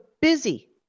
busy